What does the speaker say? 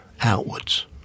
outwards